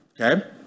Okay